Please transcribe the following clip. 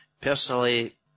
Personally